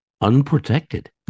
unprotected